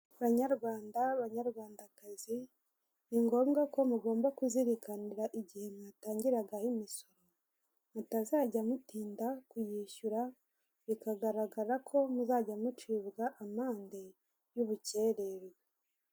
Banyarwanda banyarwandakazi, ni ngombwa ko mugomba kuzirikanira igihe mwatangiragaho imisoro. Mutazajya mutinda kuyishyura bikagaragara ko muzajya mucibwa amande y'ubukere.